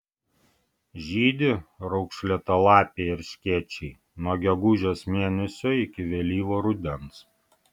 žydi raukšlėtalapiai erškėčiai nuo gegužės mėnesio iki vėlyvo rudens